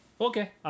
Okay